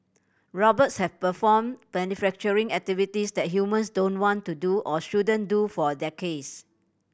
robots have performed manufacturing activities that humans don't want to do or shouldn't do for decades